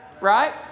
right